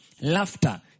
laughter